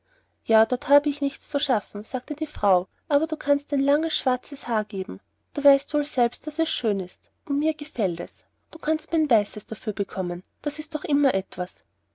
ja dort habe ich nichts zu schaffen sagte die frau aber du kannst mir dein langes schwarzes haar geben du weißt wohl selbst daß es schön ist und mir gefällt es du kannst mein weißes dafür bekommen das ist doch immer etwas